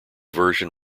version